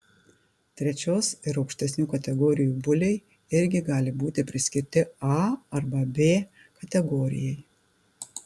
trečios ir aukštesnių kategorijų buliai irgi gali būti priskirti a arba b kategorijai